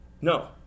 No